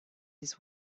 his